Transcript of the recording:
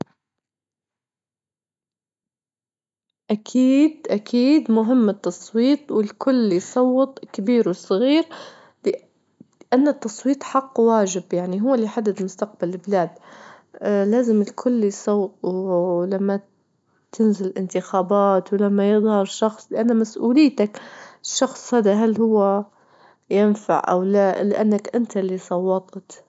أكيد- أكيد مهم التصويت، والكل يصوت الكبير والصغير، لأن التصويت حق واجب، يعني هو اللي يحدد مستقبل البلاد لازم الكل يصوت، ولما تنزل إنتخابات ولما يظهر شخص لأنه مسؤوليتك، الشخص هذا هل هو ينفع أو لا؟ لأنك إنت اللي صوتت.